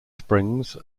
springs